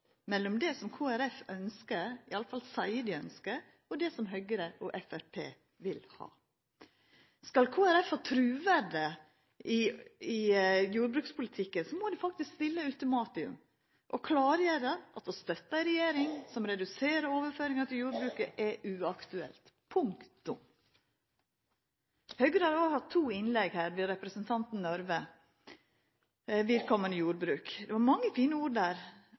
mellom det som Kristeleg Folkeparti ønskjer – iallfall seier dei ønskjer – og det som Høgre og Framstegspartiet vil ha. Skal Kristeleg Folkeparti ha truverde i jordbrukspolitikken, må dei stilla ultimatum og klargjera at å støtta ei regjering som reduserer overføringane til jordbruket, er uaktuelt – punktum. Høgre har òg hatt to innlegg her ved representanten Røbekk Nørve vedkomande jordbruk. Det var mange fine ord der,